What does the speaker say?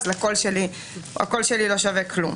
כך שהקול שלי לא שווה כלום.